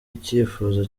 icyifuzo